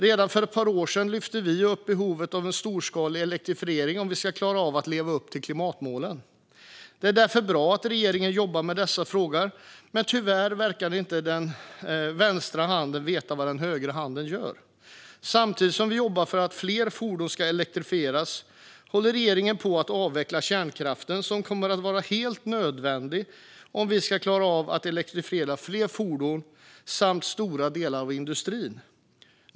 Redan för ett par år sedan lyfte vi upp behovet av en storskalig elektrifiering om vi ska klara av att leva upp till klimatmålen. Det är därför bra att regeringen jobbar med dessa frågor, men tyvärr verkar inte den vänstra handen veta vad den högra handen gör. Samtidigt som vi jobbar för att fler fordon ska elektrifieras håller nämligen regeringen på att avveckla kärnkraften, som kommer att vara helt nödvändig om vi ska klara av att elektrifiera fler fordon samt stora delar av industrin.